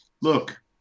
look